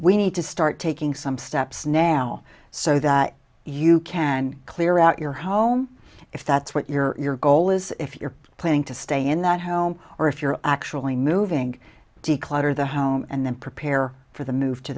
we need to start taking some steps now so that you can clear out your home if that's what your goal is if you're planning to stay in that home or if you're actually moving decline or the home and then prepare for the move to